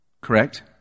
Correct